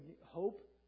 hope